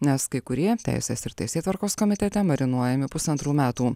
nes kai kurie teisės ir teisėtvarkos komitete marinuojami pusantrų metų